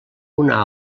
una